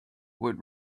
would